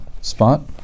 spot